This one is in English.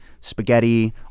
spaghetti